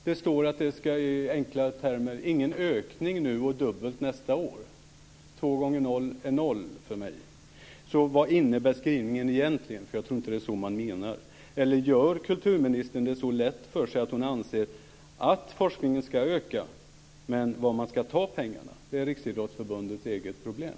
Det står i enkla termer ingen ökning nu och dubbelt nästa år. Två gånger noll är noll för mig. Vad innebär skrivningen egentligen? Jag tror inte att det är så man menar. Gör kulturministern det så lätt för sig att hon anser att forskningen ska öka, men var pengarna ska tas ifrån är Riksidrottsförbundets egna problem?